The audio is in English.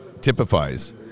typifies